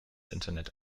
internet